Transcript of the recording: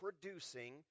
producing